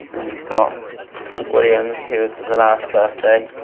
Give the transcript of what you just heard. then you've got william's, whose is the last birthday,